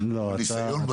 אבל ניסיון בטוח יש לי.